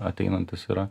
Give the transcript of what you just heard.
ateinantis yra